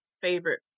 favorite